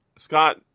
Scott